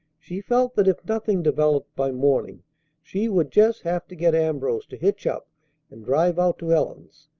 she felt that if nothing developed by morning she would just have to get ambrose to hitch, up and drive out to ellen's.